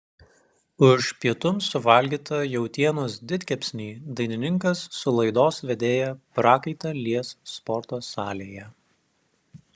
už pietums suvalgytą jautienos didkepsnį dainininkas su laidos vedėja prakaitą lies sporto salėje